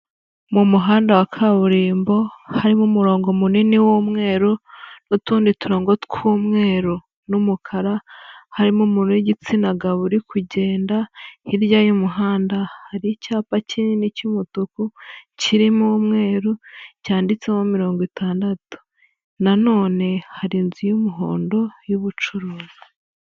Mu muhanda wa kaburimbo harimo umurongo munini w'umweru n'utundi turongo tw'umweru n'umukara, harimo umuntu w'igitsina gabo uri kugenda, hirya y'umuhanda hari icyapa kinini cy'umutuku, kirimo umweru cyanditseho mirongo itandatu. Na none hari inzu y'umuhondo y'ubucuruzi.